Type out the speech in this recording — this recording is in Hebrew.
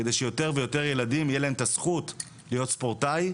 כדי שיותר ויותר ילדים יהיה להם את הזכות להיות ספורטאי.